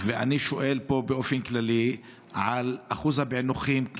אני שואל כאן באופן כללי על אחוז הפיענוחים,